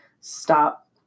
stop